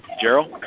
Gerald